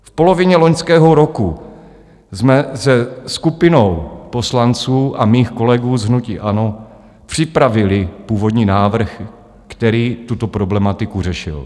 V polovině loňského roku jsme se skupinou poslanců a mých kolegů z hnutí ANO připravili původní návrh, který tuto problematiku řešil.